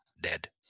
dead